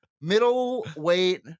Middleweight